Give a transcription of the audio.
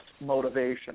motivation